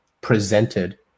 presented